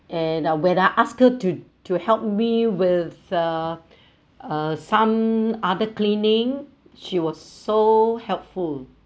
and when I ask her to to help me with uh some other cleaning she was so helpful